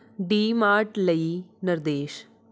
D mart ਲਈ ਨਿਰਦੇਸ਼